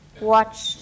Watch